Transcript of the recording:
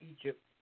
Egypt